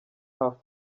hafi